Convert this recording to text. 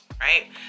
Right